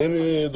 תני לי דוגמה.